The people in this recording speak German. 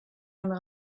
einen